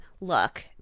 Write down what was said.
look